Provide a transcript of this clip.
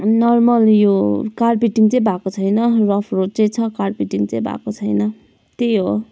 normal यो carpeting चाहिँ भएको छैन रफ रोड चाहिँ छ कार्पेटिङ चाहिँ भएको छैन त्यही हो